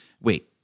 Wait